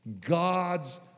God's